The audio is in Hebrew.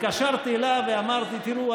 התקשרתי אליו ואמרתי: תראה,